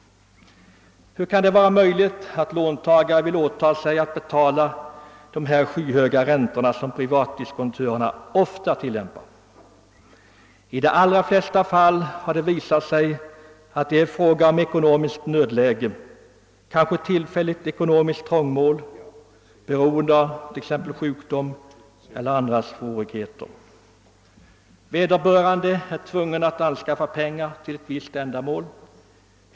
Hur kan det vara möjligt att låntagare vill åta sig att betala de skyhöga räntor som privatdiskontörerna ofta tillämpar? I de allra flesta fall har det visat sig vara fråga om ekonomiskt nödläge, kanske ett tillfälligt trångmål beroende på sjukdom eller andra svårigheter. Vederbörande är tvungen att anskaffa pengar till ett visst ändamål.